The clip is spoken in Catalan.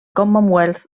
commonwealth